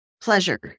Pleasure